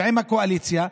ועם הקואליציה,